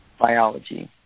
biology